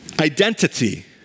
identity